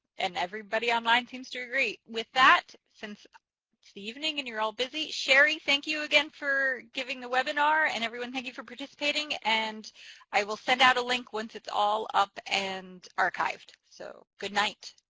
and everybody online seems to agree. with that, since it's the evening and you're all busy, sherri, thank you again for giving the webinar and everyone thank you for participating. and i will send out a link once it's all up and archived. so, good night